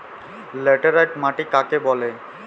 Laterite মাটি কাকে বলে?